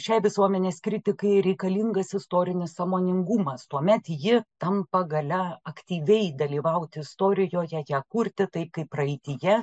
šiai visuomenės kritikai reikalingas istorinis sąmoningumas tuomet ji tampa galia aktyviai dalyvauti istorijoje ją kurti taip kaip praeityje